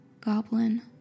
goblin